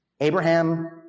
Abraham